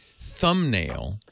thumbnail